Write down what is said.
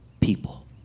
people